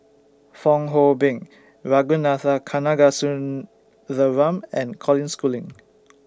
Fong Hoe Beng Ragunathar Kanagasuntheram and Colin Schooling